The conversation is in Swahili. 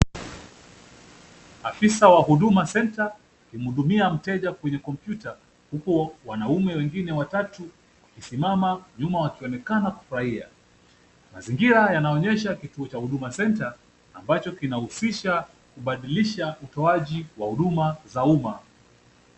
Afisa wa Huduma Centre, akimhudumia mteja kwenye kompyuta huku wanaume wengine watatu wakisimama nyuma wakionekana kufurahia. Mazingira yanaonyesha kituo cha Huduma Centre ambacho kinahusisha kubadilisha utoaji wa huduma za umma.